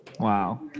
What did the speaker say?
Wow